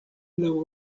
laŭ